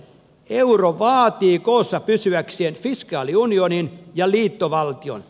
euro vaatii koossa pysyäkseen fiskaaliunionin ja liittovaltion